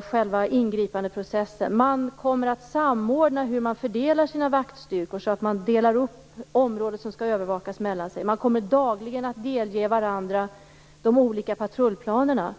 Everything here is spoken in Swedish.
själva ingripandeprocessen. Man kommer att samordna fördelningen av vaktstyrkor så att man delar upp området som skall övervakas mellan sig. Man kommer dagligen att delge varandra de olika patrullplanerna.